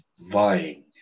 vying